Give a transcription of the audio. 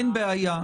אין בעיה.